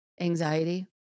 anxiety